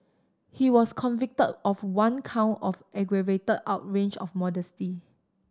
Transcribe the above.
he was convicted of one count of aggravated outrage of modesty